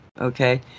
okay